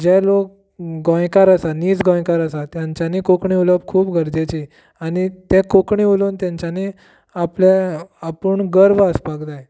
जे लोक गोंयकार आसा नीज गोंयकार आसात तेंच्यानी कोंकणी उलोवप खूब गरजेची आनी ते कोंकणी उलोवन तेंच्यानी आपल्या आपूण गर्व आसपाक जाय